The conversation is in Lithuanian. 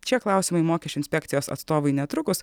čia klausimai mokesčių inspekcijos atstovui netrukus